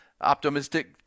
Optimistic